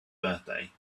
birthday